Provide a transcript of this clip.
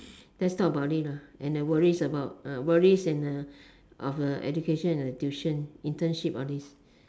let's talk about it and the worries about worries and of education and tuition internship all these